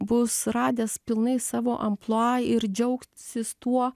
bus radęs pilnai savo amplua ir džiaugsis tuo